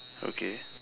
okay